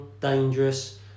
dangerous